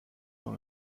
dans